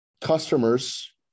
customers